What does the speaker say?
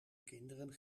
kinderen